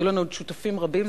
היו לנו עוד שותפים רבים.